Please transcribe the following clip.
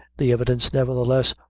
the evidence, nevertheless,